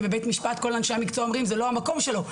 כי בבית המשפט כל אנשי המקצוע אומרים זה לא המקום שלו.